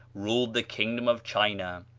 ruled the kingdom of china.